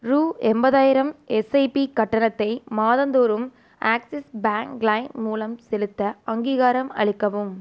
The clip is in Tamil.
ரூ எண்பதாயிரம் எஸ்ஐபி கட்டணத்தை மாதந்தோறும் ஆக்ஸிஸ் பேங்க் லைம் மூலம் செலுத்த அங்கீகாரம் அளிக்கவும்